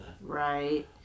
Right